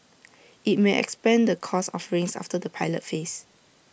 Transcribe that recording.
IT may expand the course offerings after the pilot phase